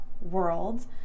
world